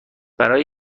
برای